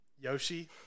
Yoshi